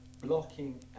blocking